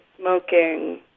smoking